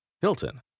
Hilton